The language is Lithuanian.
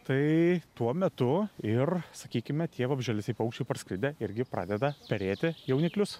tai tuo metu ir sakykime tie vabzdžialesiai paukščiai parskridę irgi pradeda perėti jauniklius